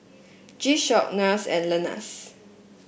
G Shock NARS and Lenas